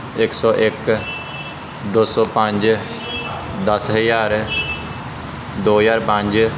ਇੱਕ ਸੌ ਇੱਕ ਦੋ ਸੌ ਪੰਜ ਦਸ ਹਜ਼ਾਰ ਦੋ ਹਜ਼ਾਰ ਪੰਜ